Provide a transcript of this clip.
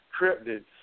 cryptids